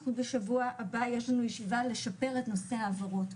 אנחנו בשבוע יש לנו ישיבה לשפר את נושא ההעברות,